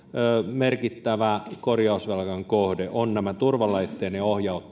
merkittävä korjausvelan kohde on turvalaitteiden